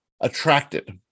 attracted